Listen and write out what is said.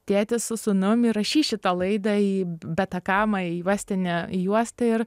tėtis su sūnum įrašys šitą laidą į betakamą į juostinę į juostą ir